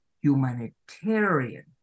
humanitarian